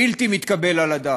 וזה בלתי מתקבל על הדעת.